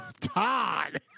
Todd